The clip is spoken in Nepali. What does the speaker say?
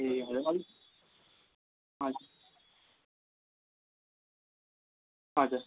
ए हजुर हजुर हजुर